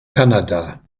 kanada